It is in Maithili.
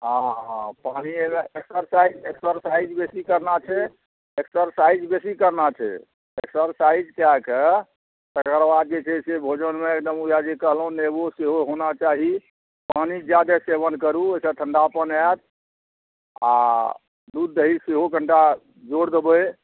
हँ हँ पानि एक्सरसाइज एक्सरसाइज बेसी करना छै एक्सरसाइज बेसी करना छै एक्सरसाइज कए कऽ तकर बाद जे छै से भोजनमे एकदम वएह जे कहलहुॅं नेबो सेहो होना चाही पानी जादे सेवन करू ओहिसे ठण्डापन आयत आ दूध दही सेहो कनिटा जोर देबै